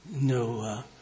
no